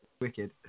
wicked